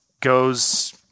goes –